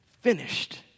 finished